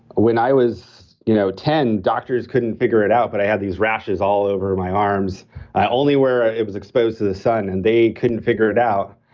when i was you know ten, doctors couldn't figure it out but i had these rashes all over my arms only where it it was exposed to the sun and they couldn't figure it out.